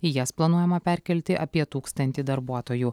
į jas planuojama perkelti apie tūkstantį darbuotojų